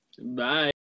Bye